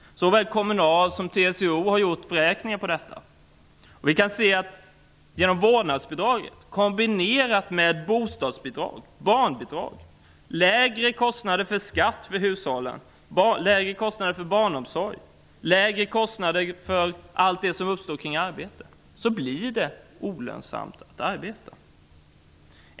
Såväl Kommunal som TCO har gjort beräkningar på detta. Vårdnadsbidraget, kombinerat med bostadsbidrag, barnbidrag, lägre kostnader för skatt och barnomsorg och alla kostnader som uppstår kring arbete, gör att det blir olönsamt att arbeta.